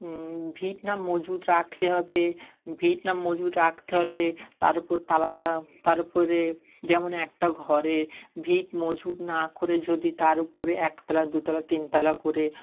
ভিত না মজবুত রাখলে হবে ভিত না মজবুত রাখতে হবে তার উপর তার উপরে যেমন একটা ঘরের ভিত মজবুত না করে যদি তার উপরে একতলা দুতলা তিনতলা করে